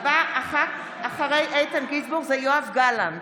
הבא אחרי איתן גינזבורג זה יואב גלנט,